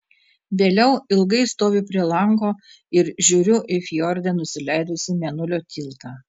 vėliau ilgai stoviu prie lango ir žiūriu į fjorde nusileidusį mėnulio tiltą